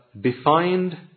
defined